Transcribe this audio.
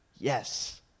Yes